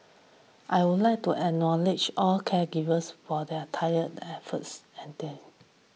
I would like to acknowledge all caregivers for their tire efforts and then